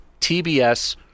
TBS